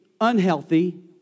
unhealthy